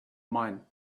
mine